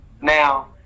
now